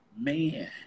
man